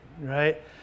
right